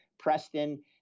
Preston